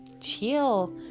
chill